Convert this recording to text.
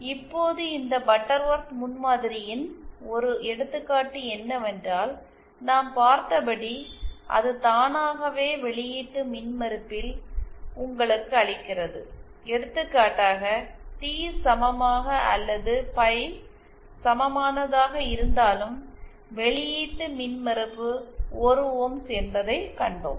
இப்போது இந்த பட்டர்வொர்த் முன்மாதிரியின் ஒரு எடுத்துக்காட்டு என்னவென்றால் நாம் பார்த்தபடி அது தானாகவே வெளியீட்டு மின்மறுப்பில் உங்களுக்கு அளிக்கிறது எடுத்துக்காட்டாக டி சமமாக அல்லது பை சமமானதாக இருந்தாலும் வெளியீட்டு மின்மறுப்பு 1 ஓம்ஸ் என்பதைக் கண்டோம்